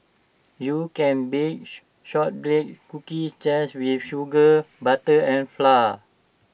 you can bake Shortbread Cookies just with sugar butter and flour